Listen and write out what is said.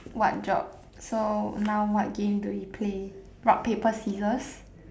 what job so now what game do we play rock paper scissors